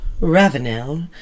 Ravenel